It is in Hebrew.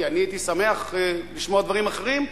כי אני הייתי שמח לשמוע דברים אחרים,